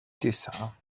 تسعة